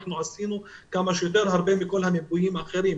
ואנחנו עשינו כמה שיותר ויותר מכל המיפויים האחרים.